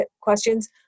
questions